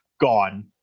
gone